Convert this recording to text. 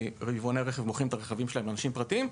כי יבואני הרכב מוכרים את הרכבים שלהם לאנשים פרטיים,